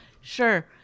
sure